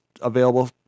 available